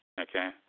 Okay